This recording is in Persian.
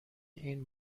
این